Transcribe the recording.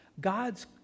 God's